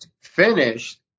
finished